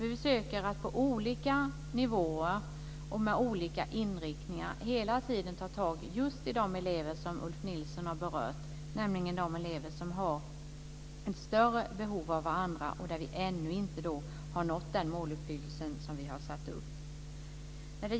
Vi försöker att på olika nivåer och med olika inriktningar hela tiden ta tag just i de elever som Ulf Nilsson har berört, nämligen de elever som har ett större behov än andra, där vi ännu inte har nått de mål som vi har satt upp.